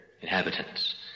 inhabitants